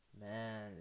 Man